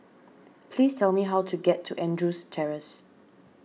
please tell me how to get to Andrews Terrace